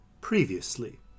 Previously